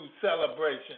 celebration